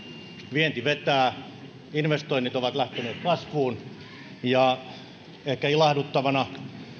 vienti vetää investoinnit ovat lähteneet kasvuun ja ehkä ilahduttavana